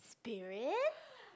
spirits